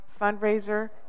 fundraiser